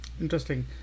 Interesting